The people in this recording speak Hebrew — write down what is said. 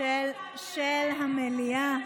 אילצת אותנו להישאר, של המליאה,